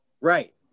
Right